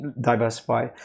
diversify